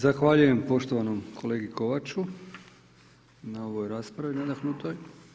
Zahvaljujem poštovanom kolegi Kovaču. na ovoj raspravi nadahnutoj.